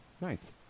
Nice